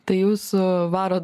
tai jūsų varot